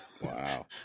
Wow